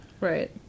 Right